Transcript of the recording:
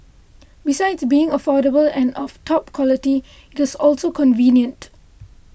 besides being affordable and of top quality it is also convenient